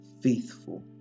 Faithful